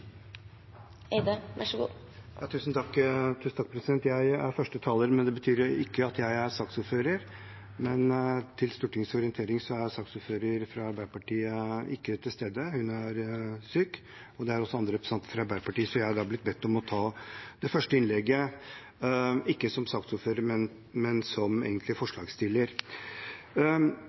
saksordfører. Til Stortingets orientering er saksordføreren, fra Arbeiderpartiet, ikke til stede. Hun er syk, og det er også andre representanter fra Arbeiderpartiet. Jeg er da blitt bedt om å ta det første innlegget, ikke som saksordfører, men som forslagsstiller. Jeg er veldig glad for at vi har fått flertall i denne saken i dag. Arbeiderpartiet og Senterpartiet, men